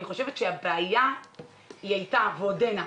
אני חושבת שהבעיה הייתה ועודנה,